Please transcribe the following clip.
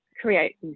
create